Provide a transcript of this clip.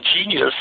genius